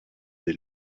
des